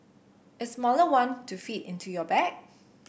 a smaller one to fit into your bag